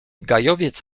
gajowiec